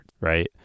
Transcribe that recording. right